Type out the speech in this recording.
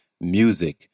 Music